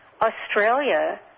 australia